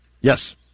Yes